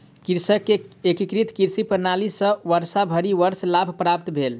कृषक के एकीकृत कृषि प्रणाली सॅ वर्षभरि वर्ष लाभ प्राप्त भेल